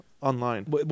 online